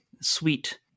sweet